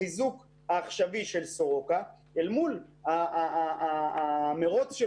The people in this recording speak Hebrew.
החיזוק העכשווי של סורוקה אל מול המרוץ של